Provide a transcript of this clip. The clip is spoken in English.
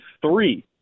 three